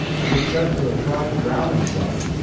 and was said to have tried to drown himself.